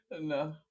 No